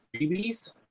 freebies